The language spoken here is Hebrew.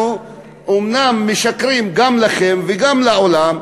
אנחנו אומנם משקרים גם לכם וגם לעולם,